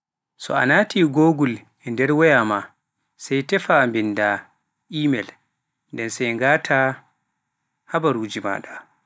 So a naati Google nder wayawol maasai tefaah mbinda Imel, nden sai ngata habaruuji maa.